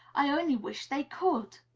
i only wish they could!